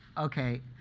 ok,